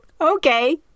Okay